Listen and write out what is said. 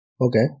Okay